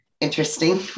Interesting